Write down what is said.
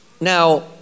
now